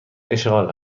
اشغال